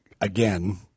again –